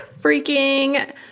freaking